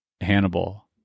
Hannibal